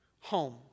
home